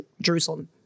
jerusalem